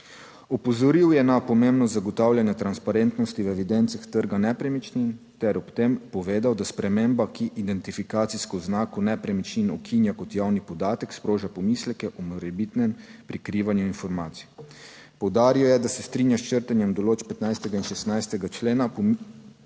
Opozoril je na pomembnost zagotavljanja transparentnosti v evidencah trga nepremičnin ter ob tem povedal, da sprememba, ki identifikacijsko oznako nepremičnin ukinja kot javni podatek, sproža pomisleke o morebitnem prikrivanju informacij. Poudaril je, da se strinja s črtanjem določb 15. in 16. člena,